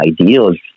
ideals